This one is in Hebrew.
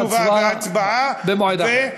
תשובה והצבעה במועד אחר.